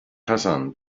hassan